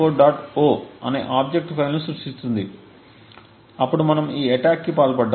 o అనే object ఫైల్ను సృష్టిస్తుంది అప్పుడు మనము ఈ అటాక్కి పాల్పడ్డాము